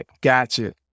gotcha